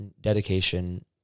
dedication